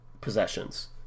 possessions